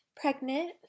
pregnant